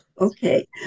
Okay